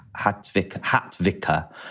hatvika